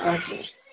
हजुर